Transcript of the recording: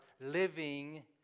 living